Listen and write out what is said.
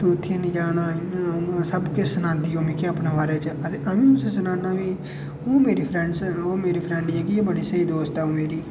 तूं उत्थै निं जाना इ'यां उ'आं सब किश सनांदी मिगी ओह् अपने बारे च ते आमीं उसी सनान्ना कि तू मेरी फ्रैंड ऐ ते ओह् मेरी बड़ी स्हेई फ्रैंड ऐ